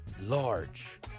large